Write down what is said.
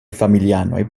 familianoj